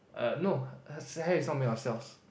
err no hair is not made of cells